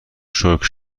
شکر